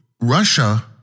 Russia